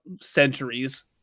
centuries